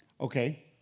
Okay